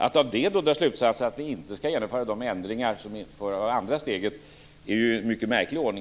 Att av det dra slutsatsen att vi inte skall genomföra de ändringar som införandet av det andra steget innebär är mycket märkligt.